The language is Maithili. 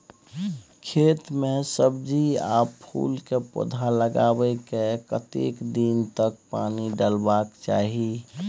खेत मे सब्जी आ फूल के पौधा लगाबै के कतेक दिन तक पानी डालबाक चाही?